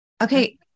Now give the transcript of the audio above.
Okay